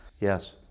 Yes